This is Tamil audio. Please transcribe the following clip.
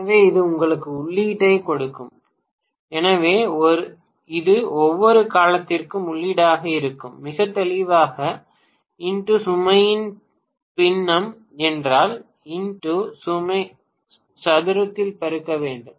எனவே இது உங்களுக்கு உள்ளீட்டைக் கொடுக்கும் எனவே இது ஒவ்வொரு காலத்திற்கும் உள்ளீடாக இருக்கும் மிக தெளிவாக x சுமையின் பின்னம் என்றால் x சதுரத்தால் பெருக்க வேண்டும்